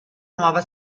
nuova